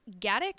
Gaddick